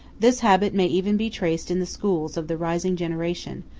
this habit may even be traced in the schools of the rising generation,